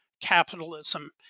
capitalism